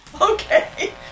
Okay